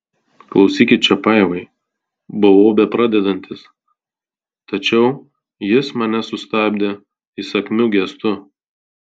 klausykit čiapajevai buvau bepradedantis tačiau jis mane sustabdė įsakmiu gestu